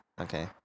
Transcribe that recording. okay